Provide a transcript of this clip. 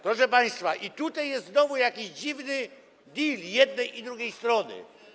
Proszę państwa, i tutaj jest znowu jakiś dziwny deal jednej i drugiej strony.